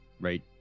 right